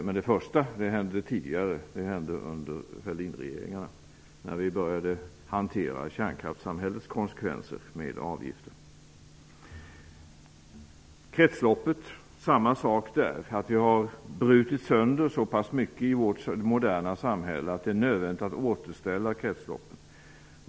Men det första hände tidigare, under Fälldinregeringarna, när vi började hantera kärnkraftssamhällets konsekvenser med avgifter. Samma sak gäller i fråga om kretsloppet. Vi har i vårt moderna samhälle brutit sönder så pass mycket att det är nödvändigt att återställa kretsloppet.